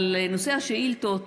אבל נושא השאילתות,